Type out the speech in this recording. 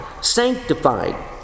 sanctified